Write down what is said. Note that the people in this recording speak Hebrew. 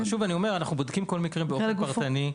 שוב אני אומר: אנחנו בודקים כל מקרה באופן פרטני.